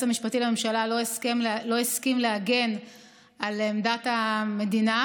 המשפטי לממשלה לא הסכים להגן על עמדת המדינה,